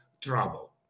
trouble